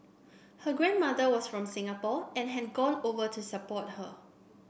her grandmother was from Singapore and had gone over to support her